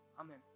Amen